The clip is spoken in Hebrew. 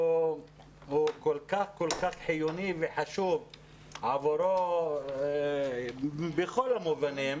כל כך חיוני וחשוב עבורם בכל המובנים,